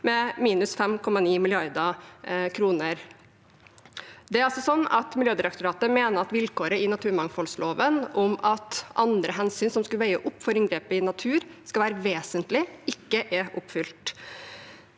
med minus 5,9 mrd. kr. Miljødirektoratet mener altså at vilkåret i naturmangfoldloven om at andre hensyn som skulle veie opp for inngrep i natur, skal være vesentlig, ikke er oppfylt.